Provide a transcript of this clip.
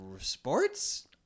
sports